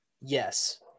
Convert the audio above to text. yes